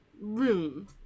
room